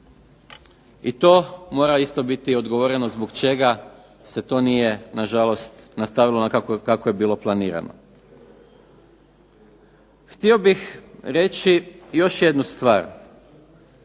i to mora isto biti odgovoreno zbog čega se to nije na žalost nastavilo kako je bilo planirano. Htio bih reći još jednu stvar,